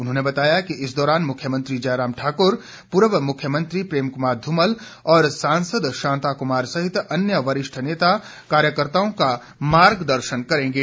उन्होनें बताया कि इस दौरान मुख्यमंत्री जयराम ठाक्र पूर्व मुख्यमंत्री प्रेम क्मार ध्रमल और सांसद शांता क्मार सहित अनय वरिष्ठ नेता कार्यकर्ताओं का मार्गदर्शन करेंगे